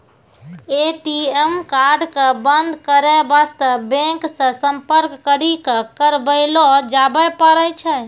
ATM card क बन्द करै बास्ते बैंक से सम्पर्क करी क करबैलो जाबै पारै छै